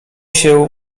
się